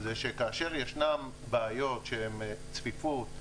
כאשר ישנן בעיות של צפיפות,